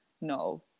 No